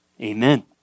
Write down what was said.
Amen